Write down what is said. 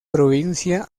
provincia